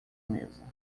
mesa